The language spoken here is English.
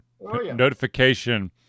notification